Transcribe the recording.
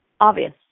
obvious